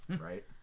Right